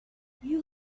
you